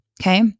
Okay